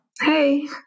Hey